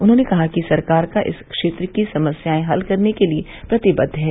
उन्होंने कहा कि सरकार का इस क्षेत्र की समस्याएं हल करने के लिए प्रतिबद्ध है